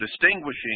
distinguishing